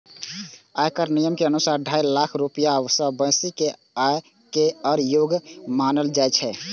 आयकर नियम के अनुसार, ढाई लाख रुपैया सं बेसी के आय कें कर योग्य मानल जाइ छै